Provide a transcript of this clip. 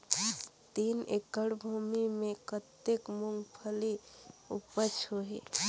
तीन एकड़ भूमि मे कतेक मुंगफली उपज होही?